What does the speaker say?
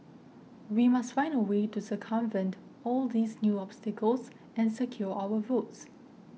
we must find a way to circumvent all these new obstacles and secure our votes